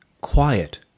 Quiet